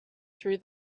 through